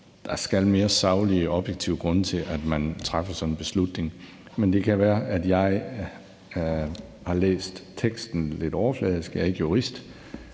der skal mere saglige og objektive grunde til, at man træffer sådan en beslutning. Men det kan være, at jeg har læst teksten lidt overfladisk – jeg er ikke jurist